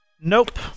Nope